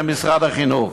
על-ידי משרד החינוך.